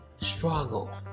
struggle